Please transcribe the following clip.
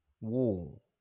wall